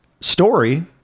story